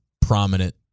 prominent